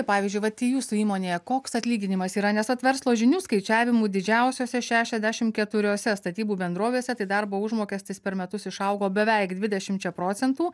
pavyzdžiui vat jūsų įmonėje koks atlyginimas yra nes vat verslo žinių skaičiavimu didžiausiose šešiasdešimt keturiose statybų bendrovėse tai darbo užmokestis per metus išaugo beveik dvidešimčia procentų